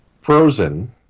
Frozen